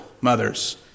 mothers